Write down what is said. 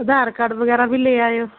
ਆਧਾਰ card ਵਗੈਰਾ ਵੀ ਲੈ ਆਇਓ ਹੋ